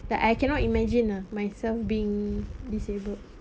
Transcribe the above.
that I cannot imagine ah myself being disabled